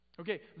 Okay